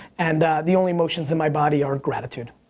and the only emotions in my body are gratitude.